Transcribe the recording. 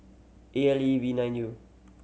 A L E V nine U